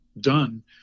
done